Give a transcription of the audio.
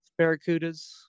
barracudas